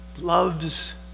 loves